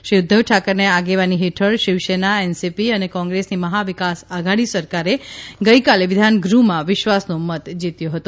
શ્રી ઉધ્ધવ ઠાકરેની આગેવાની હેઠળ શિવસેના એનસીપી ને કોંગ્રેસની મહા વિકાસ આધાડી સરકારે ગઇકાલે વિધાનગૃહમાં વિશ્વાસનો મત જીત્યો હતો